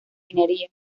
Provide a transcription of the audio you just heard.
minería